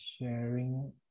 sharing